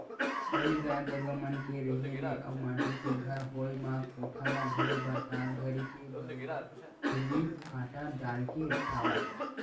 पहिली गाय गरुवा मन के रेहे ले अउ माटी के घर होय म कोठा ल घलोक बरसात घरी के बरोबर छिल्ली फाटा डालके छावय